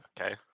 Okay